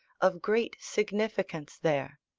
of great significance there.